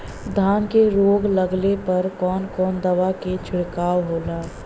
धान में रोग लगले पर कवन कवन दवा के छिड़काव होला?